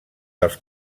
dels